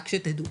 רק שתדעו.